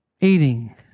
eating